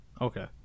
Okay